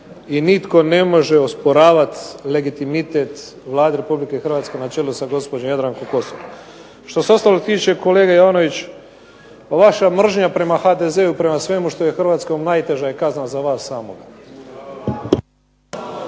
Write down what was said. i nitko ne može osporavati legitimitet Vlade Republike Hrvatske na čelu sa gospođom Jadrankom Kosor. Što se ostalog tiče, kolega Jovanović, vaša mržnja prema HDZ-u, prema svemu što je hrvatsko najteža je kazna za vas samoga.